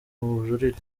bujurire